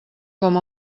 com